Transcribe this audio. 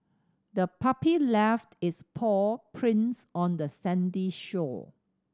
the puppy left its paw prints on the sandy shore